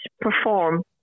perform